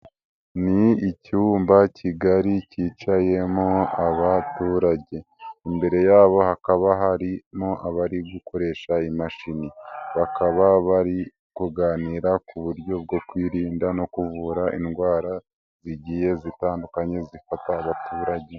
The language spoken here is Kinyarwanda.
Ni icyumba kigari cyicayemo abaturage, imbere yabo hakaba harimo abari gukoresha imashini. Bakaba bari kuganira ku buryo bwo kwirinda no kuvura indwara zigiye zitandukanye zifata abaturage.